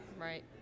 Right